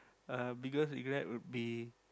uh biggest regret would be